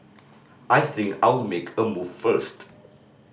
I think I'll make a move first